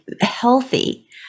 healthy